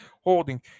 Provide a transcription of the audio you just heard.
holding